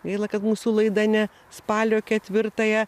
gaila kad mūsų laida ne spalio ketvirtąją